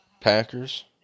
Packers